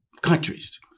countries